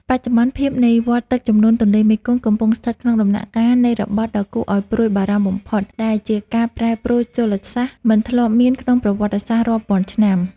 បច្ចុប្បន្នភាពនៃវដ្តទឹកជំនន់ទន្លេមេគង្គ កំពុងស្ថិតក្នុងដំណាក់កាលនៃរបត់ដ៏គួរឱ្យព្រួយបារម្ភបំផុត ដែលជាការប្រែប្រួលជលសាស្ត្រមិនធ្លាប់មានក្នុងប្រវត្តិសាស្ត្ររាប់ពាន់ឆ្នាំ។